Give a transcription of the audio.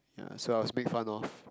uh so I was made fun of